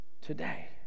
today